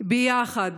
ביחד